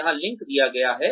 यहा लिंक दिया गया है